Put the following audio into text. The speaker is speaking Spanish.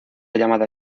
llamada